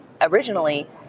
originally